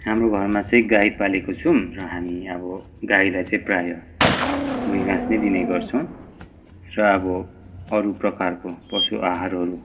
हाम्रो घरमा चाहिँ गाई पालेको छौँ र हामी अब गाईलाई चाहिँ प्रायः भुइँ घाँस नै दिने गर्छौँ र अब अरू प्रकारको पशु आहारहरू